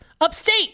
upstate